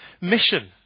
mission